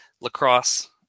lacrosse